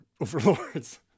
overlords